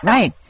Right